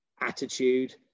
attitude